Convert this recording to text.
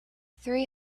three